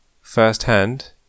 first-hand